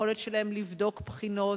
היכולת שלהם לבדוק בחינות,